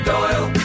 Doyle